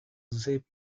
zip